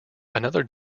another